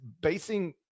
basing